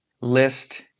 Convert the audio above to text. list